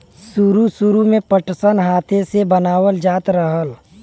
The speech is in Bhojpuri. सुरु सुरु में पटसन हाथे से बनावल जात रहल